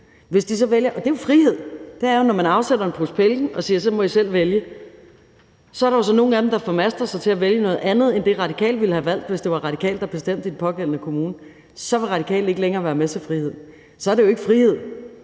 og det er jo frihed, når vi afsætter en pose penge og siger, at de selv må vælge – noget andet end det, Radikale ville have valgt, hvis det var Radikale, der bestemte i den pågældende kommune, så vil Radikale ikke længere være med til frihed. Så er det jo ikke frihed,